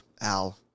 Al